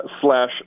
slash